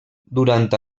durant